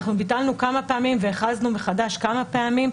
אנחנו ביטלנו כמה פעמים והכרזנו מחדש כמה פעמים.